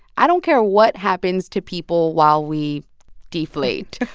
i don't care what happens to people while we deflate.